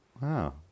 Wow